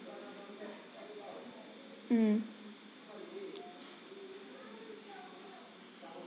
mm